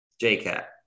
J-Cat